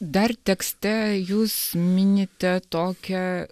dar tekste jūs minite tokią